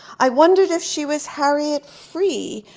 i wondered if she was harriet free,